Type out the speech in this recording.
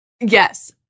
Yes